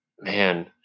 man